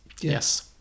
yes